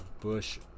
Bush